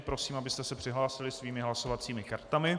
Prosím, abyste se přihlásili svými hlasovacími kartami.